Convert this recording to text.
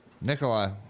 Nikolai